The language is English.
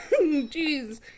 Jeez